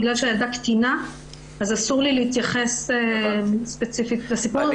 בגלל שהילדה קטינה אז אסור לי להתייחס ספציפית לסיפור.